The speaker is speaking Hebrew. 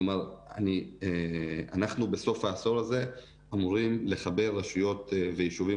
כלומר אנחנו בסוף העשור הזה אמורים לחבר רשויות וישובים